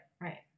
Right